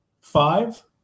five